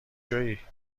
جویی